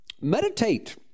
Meditate